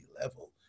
level